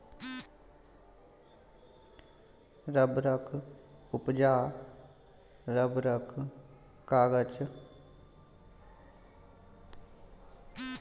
रबरक उपजा रबरक गाछक लेटेक्स सँ होइ छै